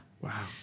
Wow